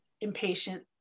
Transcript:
impatient